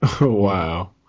Wow